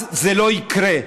אז זה לא יקרה,